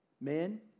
Men